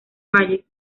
valles